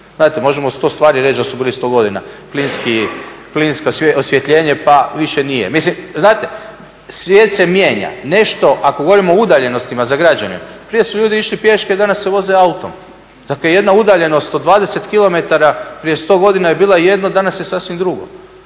Znate, možemo za 100 stvari reći da su bile 100 godina, plinsko osvjetljenje pa više nije. Mislim znate? Svijet se mijenja. Ako govorimo o udaljenostima za građane, prije su ljudi išli pješke, danas se voze autom. Dakle, jedna udaljenost od 20 km prije 100 godina je bila jedno, a danas je sasvim drugo.